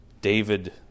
David